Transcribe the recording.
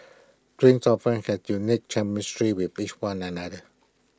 twins often have unique chemistry with each one another